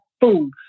food